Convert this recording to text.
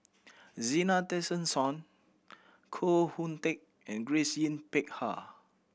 Zena Tessensohn Koh Hoon Teck and Grace Yin Peck Ha